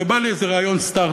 ובא לי איזה רעיון סטרט-אפ.